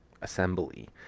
assembly